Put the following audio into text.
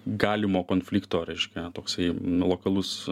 galimo konflikto reiškia toksai nu lokalus